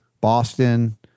Boston